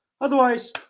Otherwise